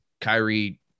Kyrie